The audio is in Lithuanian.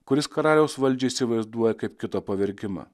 kuris karaliaus valdžią įsivaizduoja kaip kitą pavergimą